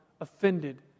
offended